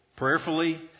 prayerfully